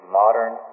modern